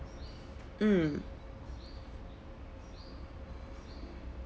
mm